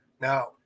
Now